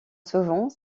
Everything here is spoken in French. souvent